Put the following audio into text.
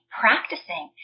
practicing